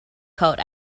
coat